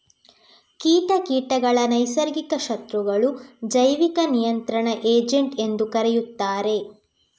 ಕೀಟ ಕೀಟಗಳ ನೈಸರ್ಗಿಕ ಶತ್ರುಗಳು, ಜೈವಿಕ ನಿಯಂತ್ರಣ ಏಜೆಂಟ್ ಎಂದೂ ಕರೆಯುತ್ತಾರೆ